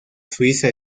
suiza